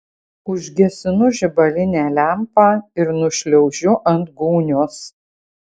užgesinu žibalinę lempą ir nušliaužiu ant gūnios